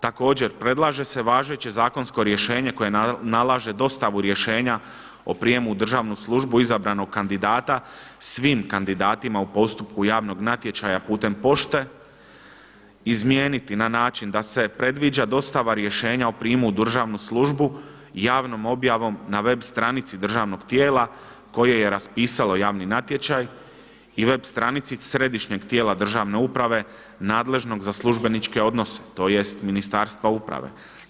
Također, predlaže se važeće zakonsko rješenje koje nalaže dostavu rješenja o prijemu u državnu službu izabranog kandidata svim kandidatima u postupku javnog natječaja putem pošte izmijeniti na način da se predviđa dostava rješenja o prijamu u državnu službu javnom objavom na web stranici državnog tijela koje je raspisalo javni natječaj i web stranici Središnjeg tijela državne uprave nadležnog za službeničke odnose, tj. Ministarstva uprave.